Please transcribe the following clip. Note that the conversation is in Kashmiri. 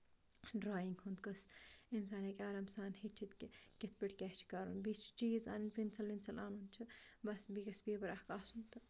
درایِنگ ہُند قٕصہٕ اِنسان ہیٚکہِ آرام سان ہیٚچھِتھ کہِ کِتھ پٲٹھۍ کیاہ چھُ کَرُن بیٚیہِ چھُ چیٖز پینسل وینسل اَنُن چھُ بَس بیٚیہِ گژھِ پیپر اکھ آسُن تہٕ